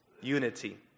unity